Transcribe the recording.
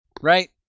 right